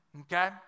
okay